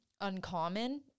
uncommon